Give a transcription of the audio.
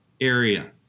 area